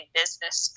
business